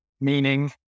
meaning